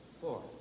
Four